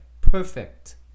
perfect